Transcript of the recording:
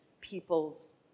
peoples